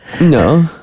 No